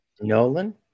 Nolan